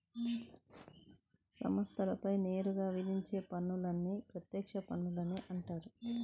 సంస్థలపై నేరుగా విధించే పన్నులని ప్రత్యక్ష పన్నులని అంటారు